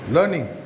Learning